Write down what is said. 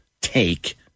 take